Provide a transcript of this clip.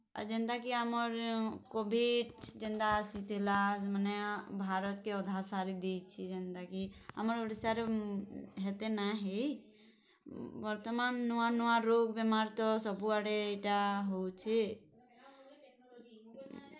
ଆଉ ଯେନ୍ତାକି ଆମର କୋଭିଡ଼୍ ଯେନ୍ତା ଆସିଥିଲା ମାନେ ଭାରତ୍କେ ଅଧା ସାରିଦେଇଛେ ଯେନ୍ତାକି ଆମର୍ ଓଡ଼ିଶାରେ ହେତେ ନାଇଁ ହେଇ ବର୍ତ୍ତମାନ୍ ନୂଆ ନୂଆ ରୋଗ୍ ବେମାର୍ ତ ସବୁ ଆଡ଼େ ଇଟା ହଉଛେ